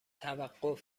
توقف